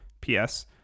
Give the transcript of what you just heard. P-S